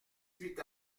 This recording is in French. huit